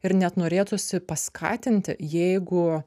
ir net norėtųsi paskatinti jeigu